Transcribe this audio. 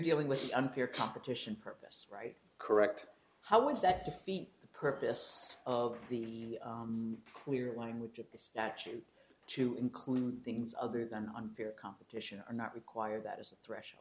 dealing with an unfair competition purpose right correct how would that defeat the purpose of the clear language of the statute to include things other than unfair competition or not require that as a threshold